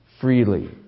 Freely